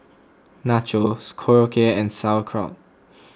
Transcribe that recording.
Nachos Korokke and Sauerkraut